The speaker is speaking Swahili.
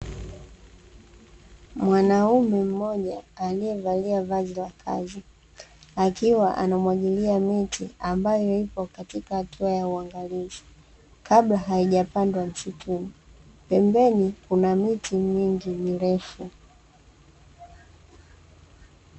Mwanaume mmoja aliyevalia vazi la kazi akiwa anamwagilia miti ambayo ipo katika hatua ya uangalizi kabla haijapandwa msituni, pembeni kuna miti mingi mirefu.